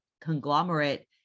conglomerate